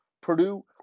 Purdue